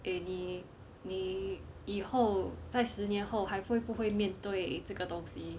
eh 你你以后再十年后还会不会面对这个东西